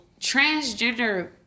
transgender